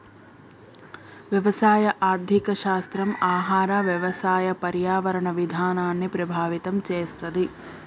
వ్యవసాయ ఆర్థిక శాస్త్రం ఆహార, వ్యవసాయ, పర్యావరణ విధానాల్ని ప్రభావితం చేస్తది